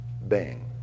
Bang